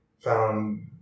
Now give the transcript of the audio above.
found